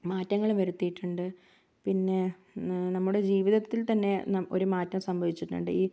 മാറ്റങ്ങള് വരുത്തിയിട്ടുണ്ട് പിന്നെ നമ്മുടെ ജീവിതത്തിൽ തന്നെ ന ഒരു മാറ്റം സംഭവിച്ചിട്ടുണ്ട്